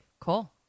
Cool